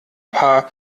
paar